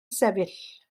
sefyll